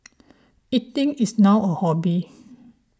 eating is now a hobby